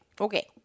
Okay